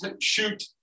shoot